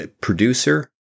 producer